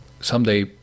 someday